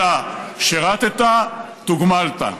אלא שירת, תוגמלת,